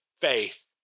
faith